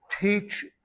teach